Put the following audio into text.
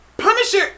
Punisher